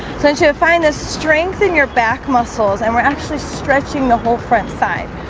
since you'll find this strength in your back muscles and we're actually stretching the whole front side,